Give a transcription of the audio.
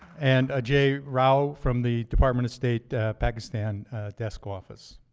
and jay rau from the department of state pakistan desk office.